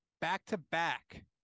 back-to-back